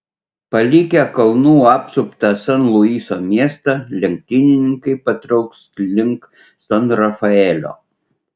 palikę kalnų apsuptą san luiso miestą lenktynininkai patrauks link san rafaelio